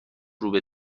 روبه